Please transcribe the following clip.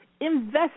invest